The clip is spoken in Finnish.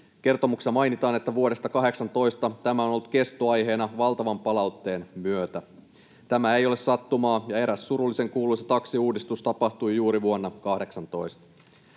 Kertomuksessa mainitaan, että vuodesta 18 tämä on ollut kestoaiheena valtavan palautteen myötä. Tämä ei ole sattumaa, ja eräs surullisen kuuluisa taksiuudistus tapahtui juuri vuonna 18.